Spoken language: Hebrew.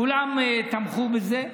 כולם תמכו בזה.